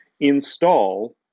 install